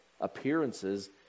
appearances